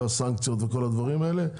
הסנקציות וכל הדברים האלה.